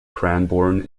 cranbourne